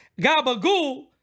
Gabagool